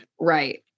Right